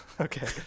Okay